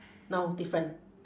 no different